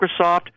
Microsoft